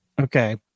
Okay